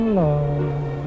love